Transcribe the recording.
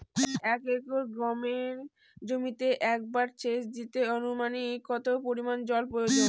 এক একর গমের জমিতে একবার শেচ দিতে অনুমানিক কত পরিমান জল প্রয়োজন?